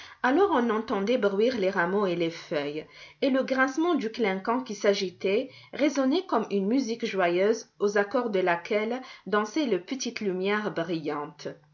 alors on entendait bruire les rameaux et les feuilles et le grincement du clinquant qui s'agitait résonnait comme une musique joyeuse aux accords de laquelle dansaient les petites lumières brillantes